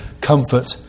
comfort